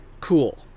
cool